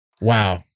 Wow